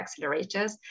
accelerators